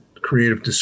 creative